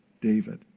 David